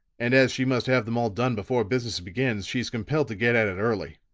and as she must have them all done before business begins, she's compelled to get at it early.